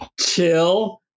chill